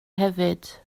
hefyd